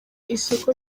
isoko